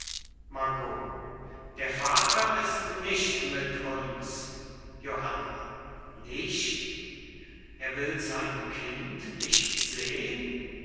margot der vater ist nicht mit uns johanna nicht er will sein kind nicht sehn